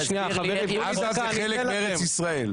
עזה זה חלק מארץ ישראל.